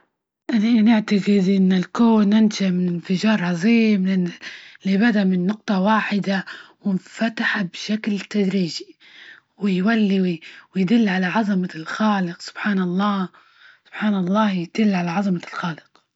أنى نعتجد إن الكون نشأ من انفجار عظيم، إللي بدا من نقطة واحدة، وانفتحه بشكل تدريجي، ويولي ويدل على عظمة الخالق سبحانه الله- سبحان الله يدل على عظمة الخالق.